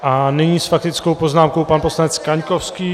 A nyní s faktickou poznámkou pan poslanec Kaňkovský.